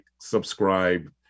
subscribe